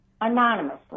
anonymously